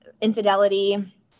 infidelity